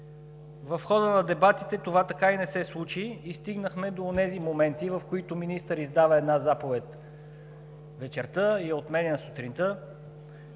В хода на дебатите това така и не се случи и стигнахме до онези моменти, в които министър издава една заповед вечерта и я отменя сутринта.